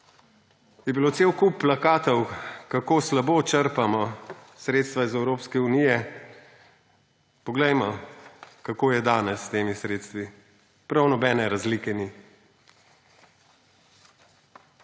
je bil cel kup plakatov, kako slabo črpamo sredstva iz Evropske unije. Poglejmo, kako je danes s temi sredstvi. Prav nobene razlike ni.